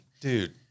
dude